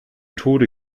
tode